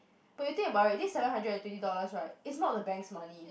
but you think about it this seven hundred and twenty dollars right is not the banks money